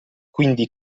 quindi